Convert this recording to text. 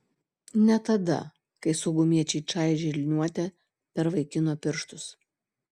ne tada kai saugumiečiai čaižė liniuote per vaikino pirštus